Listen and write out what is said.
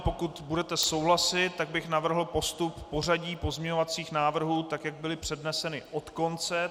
Pokud budete souhlasit, tak bych navrhl postup v pořadí pozměňovacích návrhů tak, jak byly předneseny, od konce.